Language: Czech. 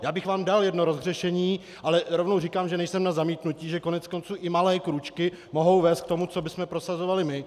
Já bych vám dal jedno rozhřešení, ale rovnou říkám, že nejsem na zamítnutí, že koneckonců i malé krůčky mohou vést k tomu, co bychom prosazovali my.